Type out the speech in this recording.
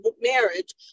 marriage